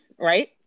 Right